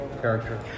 Character